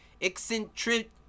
eccentric